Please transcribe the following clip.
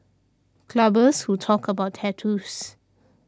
clubbers who talk about tattoos